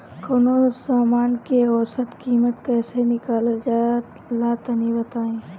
कवनो समान के औसत कीमत कैसे निकालल जा ला तनी बताई?